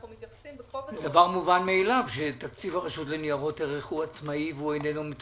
שהשפיעה על ציבור המשקיעים ועל מנהלי כספי הציבור והמתווכים